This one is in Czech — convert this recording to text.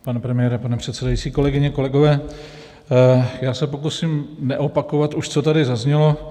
Pane premiére, pane předsedající, kolegyně, kolegové, já se pokusím neopakovat, co tady už zaznělo.